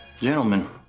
Gentlemen